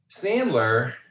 Sandler